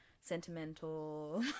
sentimental